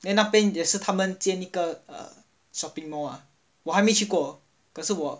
then 那边也是他们建一个 err shopping mall ah 我还没去过可是我